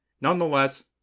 Nonetheless